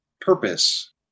purpose